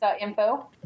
info